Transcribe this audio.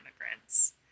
immigrants